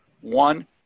one